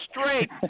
straight